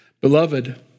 Beloved